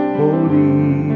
holy